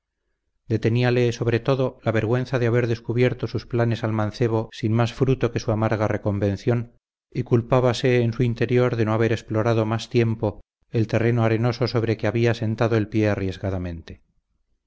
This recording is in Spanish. esperanzas deteníale sobre todo la vergüenza de haber descubierto sus planes al mancebo sin más fruto que su amarga reconvención y culpábase en su interior de no haber explorado más tiempo el terreno arenoso sobre que había sentado el pie